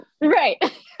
right